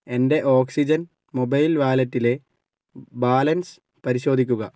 എൻ്റെ Oxigen mobile വാലറ്റിലെ balance പരിശോധിക്കുക